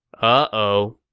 ah oh